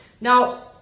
Now